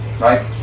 right